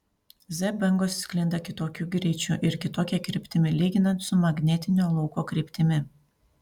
z bangos sklinda kitokiu greičiu ir kitokia kryptimi lyginant su magnetinio lauko kryptimi